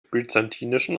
byzantinischen